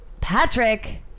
Patrick